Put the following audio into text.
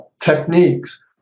techniques